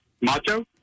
Macho